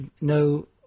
no